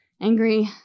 Angry